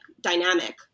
dynamic